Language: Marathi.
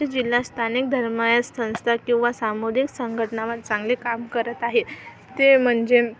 अमरावती जिल्हा स्थानिक धर्माय संस्था किंवा सामुदिक संघटना चांगले काम करत आहे ते म्हणजे